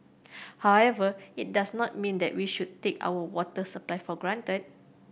however it does not mean that we should take our water supply for granted